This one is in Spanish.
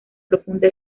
profunda